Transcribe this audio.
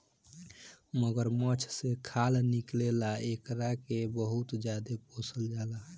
मगरमच्छ से खाल निकले ला एकरा के बहुते ज्यादे पोसल जाला